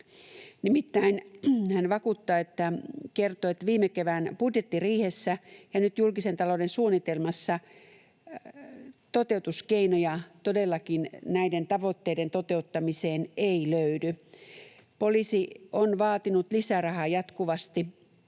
Nimittäin hän vakuuttaa ja kertoo, että viime kevään budjettiriihessä ja nyt julkisen talouden suunnitelmassa toteutuskeinoja näiden tavoitteiden toteuttamiseen ei todellakaan löydy. Poliisi on vaatinut lisärahaa jatkuvasti.